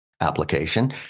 application